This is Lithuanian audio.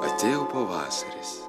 atėjo pavasaris